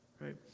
right